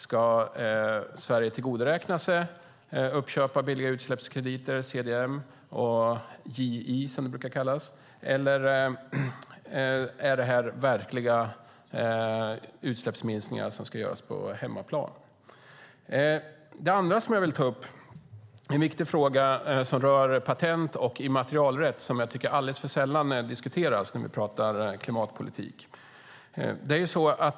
Ska Sverige tillgodoräkna sig uppköp av billiga utsläppskrediter, CDM och JI, som det brukar kallas, eller är det verkliga utsläppsminskningar som ska göras på hemmaplan? Det andra som jag vill ta upp är en viktig fråga som rör patent och immaterialrätt, som jag tycker diskuteras alldeles för sällan när vi pratar klimatpolitik.